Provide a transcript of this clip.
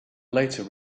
later